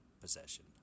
possession